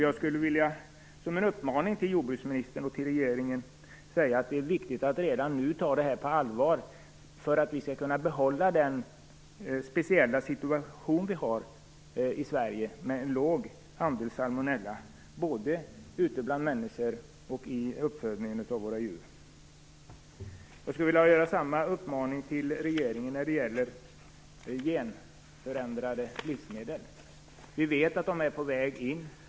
Jag skulle, som en uppmaning till jordbruksministern och till regeringen, vilja säga att det är viktigt att redan nu ta det här på allvar för att vi skall kunna behålla den speciella situation vi har i Sverige med en låg andel salmonella både ute bland människor och i uppfödningen av djur. Jag skulle vilja ge samma uppmaning till regeringen när det gäller genförändrade livsmedel. Vi vet att de är på väg in.